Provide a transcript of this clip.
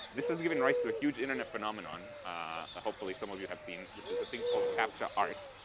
this is giving rise to the huge internet phenomenon ah hopefully some of you have seen which is a thing called captcha art.